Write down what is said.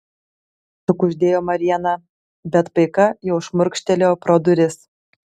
sukuždėjo mariana bet paika jau šmurkštelėjo pro duris